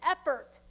effort